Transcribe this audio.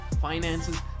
finances